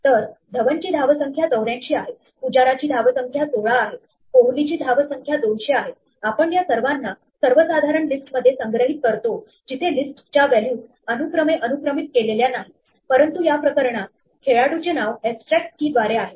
तर धवनची धावसंख्या 84 आहे पुजाराची धावसंख्या 16 आहे कोहलीची धावसंख्या २०० आहेआपण या सर्वांना सर्वसाधारण लिस्ट मध्ये संग्रहित करतो जिथे लिस्ट च्या व्हॅल्यूज अनुक्रमे अनुक्रमित केलेल्या नाहीत परंतु या प्रकरणात खेळाडूचे नाव ऐब्स्ट्रैक्ट key द्वारे आहे